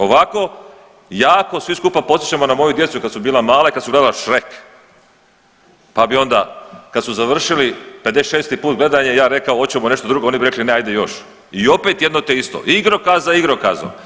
Ovako jako svi skupa podsjećamo na moju djecu kad su bila mala i kad su gledala Shrek, pa bi onda kad su završili 56 put gledanje ja rekao oćemo nešto drugo, oni bi rekli ne ajde još i opet jedno te isto, igrokaz za igrokazom.